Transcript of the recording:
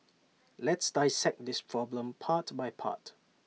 let's dissect this problem part by part